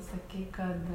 sakei kad